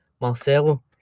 Marcelo